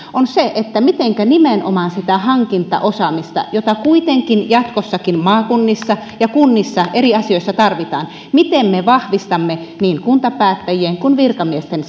asiaan on se mitenkä nimenomaan sitä hankintaosaamista jota kuitenkin jatkossakin maakunnissa ja kunnissa eri asioissa tarvitaan me vahvistamme niin kuntapäättäjien kuin virkamiesten